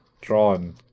drawn